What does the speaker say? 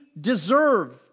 deserve